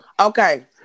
Okay